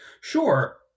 Sure